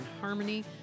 harmony